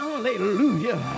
Hallelujah